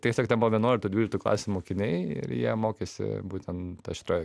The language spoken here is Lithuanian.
tiesiog ten buvo vienuoliktų dvyliktų klasių mokiniai ir jie mokėsi būtent aštrioj